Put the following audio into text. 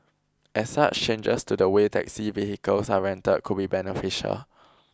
as such changes to the way taxi vehicles are rented could be beneficial